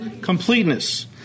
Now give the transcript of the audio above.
Completeness